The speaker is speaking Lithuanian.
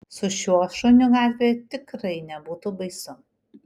su šiuo šuniu gatvėje tikrai nebūtų baisu